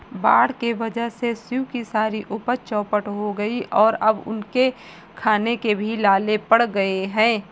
बाढ़ के वजह से शिव की सारी उपज चौपट हो गई और अब उनके खाने के भी लाले पड़ गए हैं